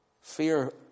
Fear